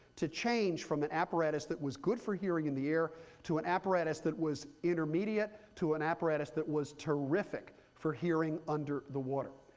to change from an apparatus that was good for hearing in the air to an apparatus that was intermediate, to an apparatus that was terrific for hearing under the water.